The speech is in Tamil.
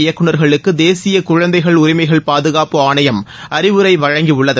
இயக்குனர்களுக்கு தேசிய குழந்தைகள் உரிமைகள் பாதுகாப்பு ஆனையம் அறிவுரை வழங்கியுள்ளது